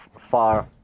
far